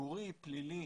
ציבורי ופלילי.